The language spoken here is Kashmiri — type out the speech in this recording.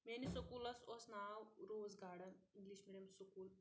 میٲنِس سکوٗلَس اوس ناو Rose Garden English medium school